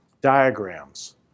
diagrams